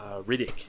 Riddick